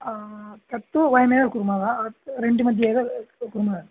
तत्तु वयमेव कुर्मः रेण्ट् मध्ये एव कुर्मः